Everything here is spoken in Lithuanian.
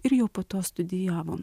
ir jau po to studijavom